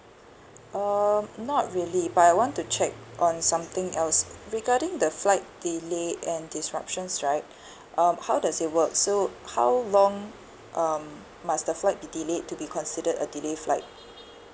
um not really but I want to check on something else regarding the flight delay and disruptions right um how does it work so how long um must the flight to be delayed to be considered a delay flight